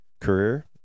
career